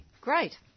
Great